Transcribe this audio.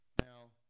Now